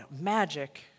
magic